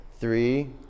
Three